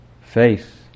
faith